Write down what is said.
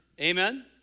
amen